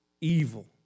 evil